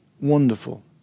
wonderful